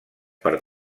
per